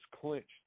clenched